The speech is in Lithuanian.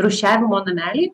rūšiavimo namelį